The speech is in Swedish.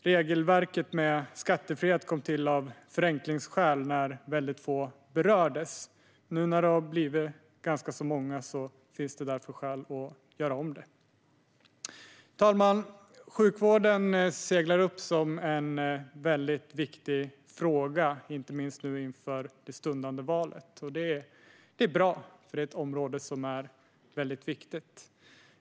Regelverket med skattefrihet kom till av förenklingsskäl när väldigt få berördes. Nu, när det har blivit ganska många, finns det därför skäl att ändra detta. Fru talman! Sjukvården seglar upp som en väldigt viktig fråga, inte minst inför det stundande valet. Och det är bra, för det är ett område som är mycket viktigt.